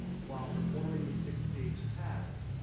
while performing the six stage test,